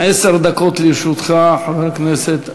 עשר דקות לרשותך, חבר הכנסת.